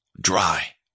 Dry